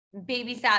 babysat